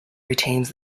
retains